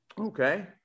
okay